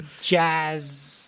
jazz